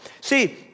See